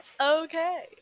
okay